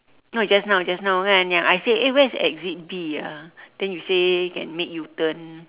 no just now just now kan yang I say eh where's exit B ah then you say can make U-turn